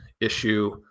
issue